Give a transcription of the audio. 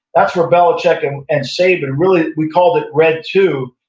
that's where belichick and and saban really, we called it red two,